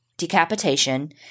decapitation